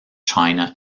china